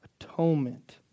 atonement